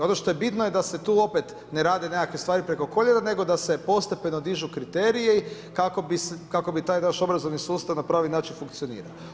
Ono što je bitno je da se tu opet ne rade nekakve stvari preko koljena, nego da se postepeno dižu kriteriji, kako bi taj naš obrazovni sustav na pravi način funkcioniralo.